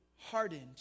hardened